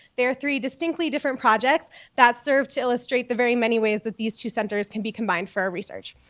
there are three distinctly different projects that serve to illustrate the very many ways that these two centers can be combined for a research.